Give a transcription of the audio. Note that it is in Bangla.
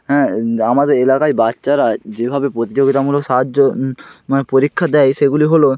হ্যাঁ এন আমাদের এলাকায় বাচ্চারা যেভাবে প্রতিযোগিতামূলক সাহায্য মানে পরীক্ষা দেয় সেগুলি হলো